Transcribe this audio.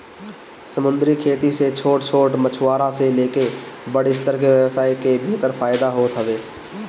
समंदरी खेती से छोट छोट मछुआरा से लेके बड़ स्तर के व्यवसाय के भी फायदा होत हवे